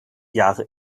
jahre